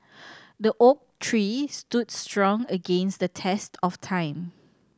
the oak tree stood strong against the test of time